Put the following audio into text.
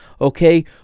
okay